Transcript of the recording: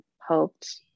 hoped